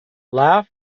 laugh